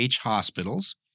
Hospitals